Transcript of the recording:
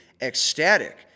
ecstatic